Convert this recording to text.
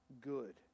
good